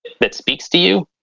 that speaks to you.